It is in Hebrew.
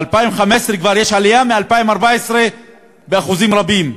וב-2015 כבר יש עלייה מ-2014 בתאונות דרכים באחוזים רבים.